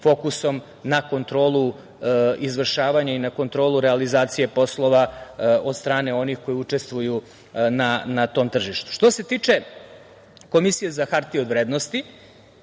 fokusom na kontrolu izvršavanja i na kontrolu realizacije poslova od strane onih koji učestvuju na tom tržištu. Što se tiče Komisije za HOV, ona